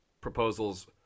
proposals